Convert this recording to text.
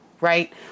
right